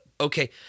okay